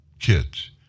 Kids